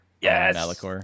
Yes